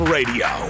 Radio